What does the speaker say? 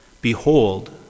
Behold